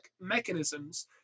mechanisms